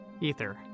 Ether